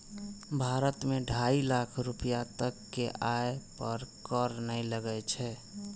भारत मे ढाइ लाख रुपैया तक के आय पर कर नै लागै छै